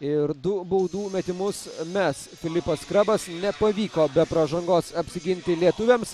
ir du baudų metimus mes filipas skrabas nepavyko be pražangos apsiginti lietuviams